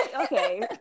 okay